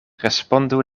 respondu